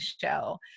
Show